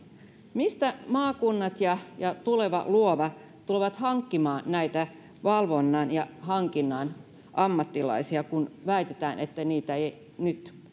mistä maakunnat ja ja tuleva luova tulevat hankkimaan näitä valvonnan ja hankinnan ammattilaisia kun väitetään että niitä ei nyt